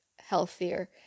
healthier